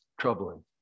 troubling